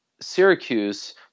syracuse